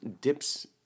dips